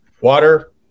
water